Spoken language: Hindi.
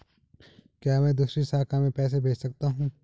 क्या मैं दूसरी शाखा में पैसे भेज सकता हूँ?